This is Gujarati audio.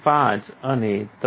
5 અને 3